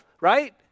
right